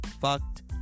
fucked